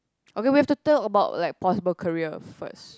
okay we have to tell about like possible career first